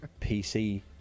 pc